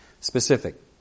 specific